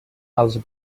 els